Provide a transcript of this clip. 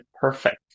Perfect